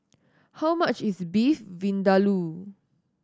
how much is Beef Vindaloo